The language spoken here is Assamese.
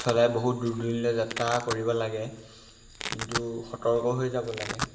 চলাই বহুত দূৰ দূৰণিলৈ যাত্ৰা কৰিব লাগে কিন্তু সতৰ্ক হৈ যাব লাগে